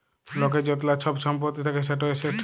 লকের য্তলা ছব ছম্পত্তি থ্যাকে সেট এসেট